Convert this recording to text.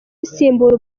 gusimbura